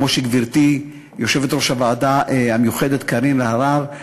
כמו גברתי יושבת-ראש הוועדה המיוחדת קארין אלהרר,